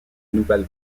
nouvelle